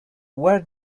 where